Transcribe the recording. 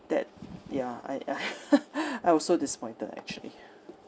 that ya I I I was so disappointed actually